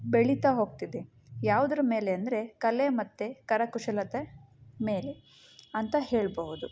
ಬೆಳಿತಾ ಹೋಗ್ತಿದೆ ಯಾವ್ದ್ರ ಮೇಲೆ ಅಂದರೆ ಕಲೆ ಮತ್ತೆ ಕರಕುಶಲತೆ ಮೇಲೆ ಅಂತ ಹೇಳಬಹುದು